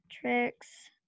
Tricks